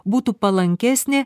būtų palankesnė